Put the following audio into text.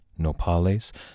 Nopales